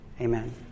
amen